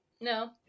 No